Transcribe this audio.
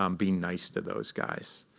um being nice to those guys.